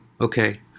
okay